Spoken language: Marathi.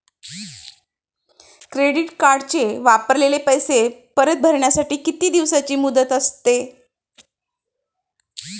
क्रेडिट कार्डचे वापरलेले पैसे परत भरण्यासाठी किती दिवसांची मुदत असते?